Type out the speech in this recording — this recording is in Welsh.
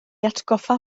atgoffa